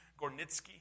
Gornitsky